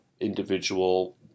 individual